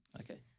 Okay